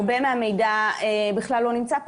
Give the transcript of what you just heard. הרבה מהמידע בכלל לא נמצא כאן.